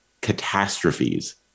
catastrophes